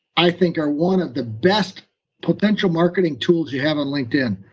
i think, are one of the best potential marketing tools you have on linkedin.